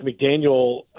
McDaniel